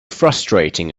frustrating